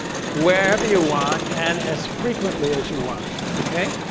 wherever you want and as frequently as you want. okay?